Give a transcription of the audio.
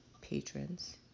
patrons